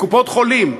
קופות-חולים.